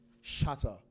shatter